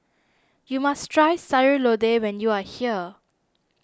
you must try Sayur Lodeh when you are here